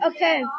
Okay